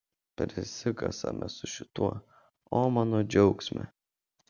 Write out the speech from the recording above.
prisikasame su šituo o mano džiaugsme